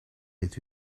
dit